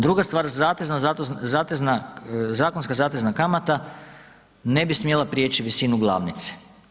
Druga stvar, zatezna, zakonska zatezna kamate ne bi smjela priječi visinu glavnice.